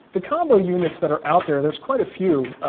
the combo units that are out there, there's quite a few.